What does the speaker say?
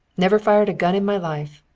never fired a gun in my life.